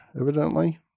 evidently